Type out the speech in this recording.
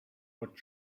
what